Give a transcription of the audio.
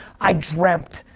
i dreamt,